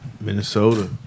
Minnesota